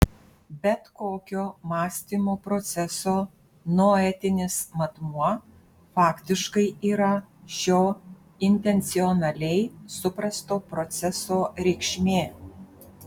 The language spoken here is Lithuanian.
bet kokio mąstymo proceso noetinis matmuo faktiškai yra šio intencionaliai suprasto proceso reikšmė